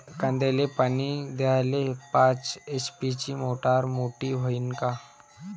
कांद्याले पानी द्याले पाच एच.पी ची मोटार मोटी व्हईन का?